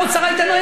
אל תהיה צדיק הרבה.